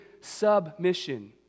submission